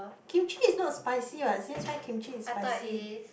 Kimchi is not spicy what since when Kimchi is spicy